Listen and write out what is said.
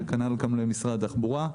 וכנ"ל גם למשרד התחבורה.